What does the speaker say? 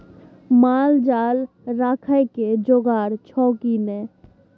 माल जाल राखय के जोगाड़ छौ की नै